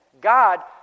God